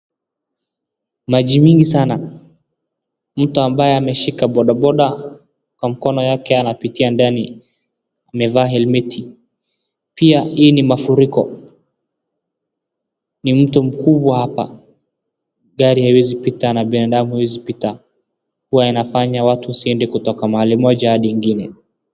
Maji mingi sana. Mtu mbaye ameshika bodaboda kwa mkono yake anapitia ndani, amevaa helmet pia hii ni mafuriko, ni mto mkubwa, gari haiwezi pita na binadamu haiwezi pita. Huwa inafanya watu wasiende kutoka mahali moja hadi ingine.